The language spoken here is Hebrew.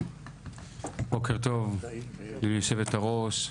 בוקר טוב ליושבת הראש,